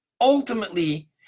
ultimately